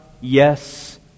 yes